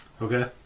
Okay